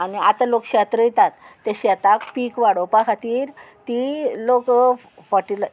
आनी आतां लोक शेत रोयतात ते शेतांक पीक वाडोवपा खातीर ती लोक फटीला